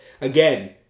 again